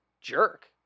jerk